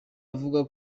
avuga